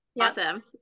awesome